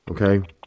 okay